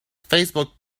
facebook